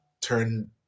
Turn